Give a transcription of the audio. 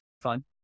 fun